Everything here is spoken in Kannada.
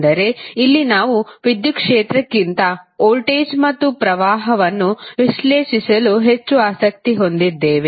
ಅಂದರೆ ಇಲ್ಲಿ ನಾವು ವಿದ್ಯುತ್ ಕ್ಷೇತ್ರಕ್ಕಿಂತ ವೋಲ್ಟೇಜ್ ಮತ್ತು ಪ್ರವಾಹವನ್ನು ವಿಶ್ಲೇಷಿಸಲು ಹೆಚ್ಚು ಆಸಕ್ತಿ ಹೊಂದಿದ್ದೇವೆ